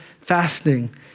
fasting